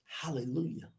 Hallelujah